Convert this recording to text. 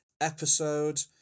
episode